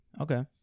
Okay